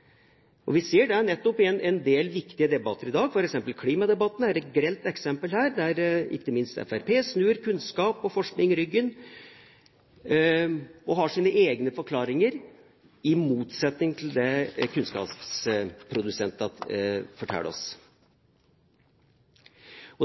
kunnskap. Vi ser det nettopp i en del viktige debatter i dag. For eksempel er klimadebatten et grelt eksempel på dette, der ikke minst Fremskrittspartiet snur kunnskap og forskning ryggen og har sine egne forklaringer, i motsetning til det «kunnskapsprodusentene» forteller oss.